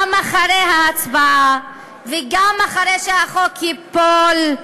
גם אחרי ההצבעה וגם אחרי שהחוק ייפול,